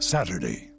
Saturday